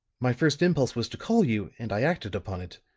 my first impulse was to call you, and i acted upon it.